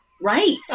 Right